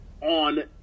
on